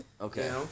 Okay